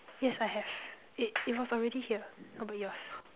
yes I have it it was already here how about yours